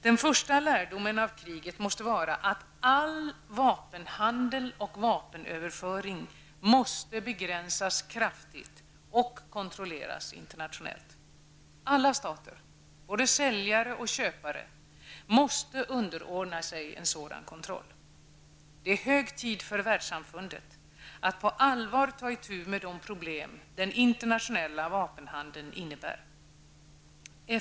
Den första lärdomen av kriget måste vara att all vapenhandel och vapenöverföring måste begränsas kraftigt och kontrolleras internationellt. Alla stater, både säljare och köpare, måste underordna sig en sådan kontroll. Det är hög tid för världssamfundet att på allvar ta itu med de problem den internationella vapenhandeln innebär.